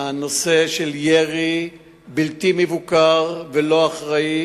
הנושא של ירי בלתי מבוקר ולא אחראי